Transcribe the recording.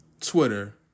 Twitter